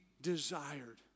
desired